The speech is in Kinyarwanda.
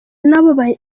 nabo